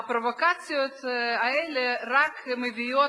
הפרובוקציות האלה רק מביאות